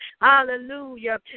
Hallelujah